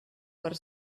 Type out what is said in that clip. per